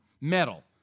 Metal